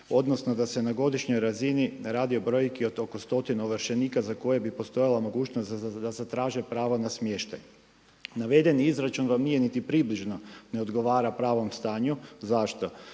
odnosno da se na godišnjoj razini radi o brojki od oko stotinu ovršenika za koje bi postojala mogućnost da zatraže pravo na smještaj. Navedeni izračun vam nije niti približno neodgovara pravom stanju, zašto?